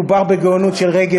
מדובר בגאונות של רגב,